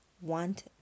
want